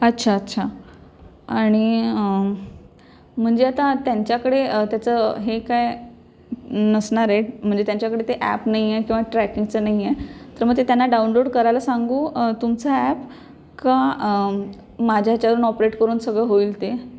अच्छा अच्छा आणि म्हणजे आता त्यांच्याकडे त्याचं हे काय नसणार आहे म्हणजे त्यांच्याकडे ते ॲप नाही आहे किंवा ट्रॅकिंगचं नाही आहे तर मग ते त्यांना डाउनलोड करायला सांगू तुमचा ॲप का माझ्या ह्याच्यावरून ऑपरेट करून सगळं होईल ते